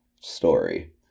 story